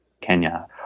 Kenya